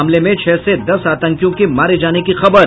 हमले में छह से दस आतंकियों के मारे जाने की खबर